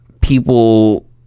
people